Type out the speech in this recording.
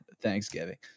Thanksgiving